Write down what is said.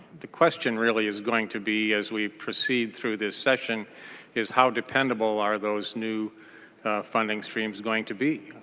the question really is going to be as we proceed through this session is how dependable are those new funding streams going to be.